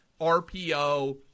RPO